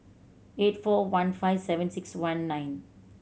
eight four one five seven six one nine